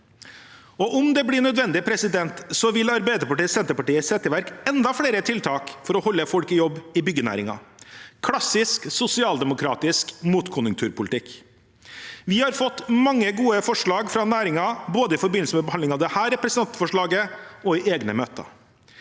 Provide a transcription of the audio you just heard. for å beholde fagarbeidere i byggenæringen tiet og Senterpartiet sette i verk enda flere tiltak for å holde folk i jobb i byggenæringen – klassisk sosialdemokratisk motkonjunkturpolitikk. Vi har fått mange gode forslag fra næringen, både i forbindelse med behandling av dette representantforslaget og i egne møter.